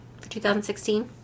2016